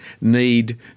need